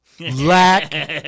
lack